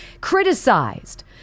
criticized